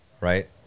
right